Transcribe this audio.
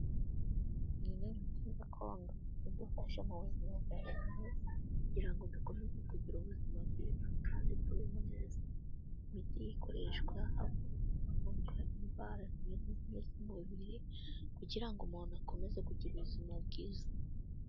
nin mukuru koga udufasha mu buzima bwamo kugirango dukomeze kugira ubuzima bwiza kandi tubeho mu mijyi ikoreshwa ha kuvurwa indwara ku z'umubiri kugira ngo umuntu akomeze kugira ubuzima bwiza